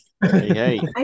hey